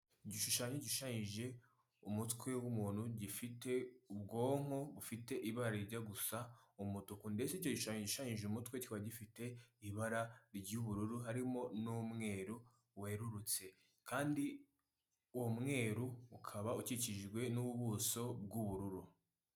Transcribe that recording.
Igishushanyo gishayije umutwe w'umuntu gifite ubwonko bufite ibara rijya gusa umutuku. Ndetse icyo gishushanyo gishushanyije umutwe kikaba gifite ibara ry'ubururu harimo n'umweru werurutse. Kandi uwo mweru ukaba ukikijwe n'ubuso bw'ubururu.